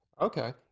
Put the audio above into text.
Okay